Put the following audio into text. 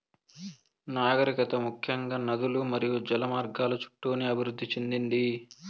నాగరికత ముఖ్యంగా నదులు మరియు జల మార్గాల చుట్టూనే అభివృద్ది చెందింది